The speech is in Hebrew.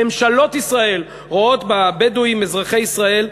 ממשלות ישראל רואות בבדואים אזרחי ישראל,